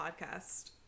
podcast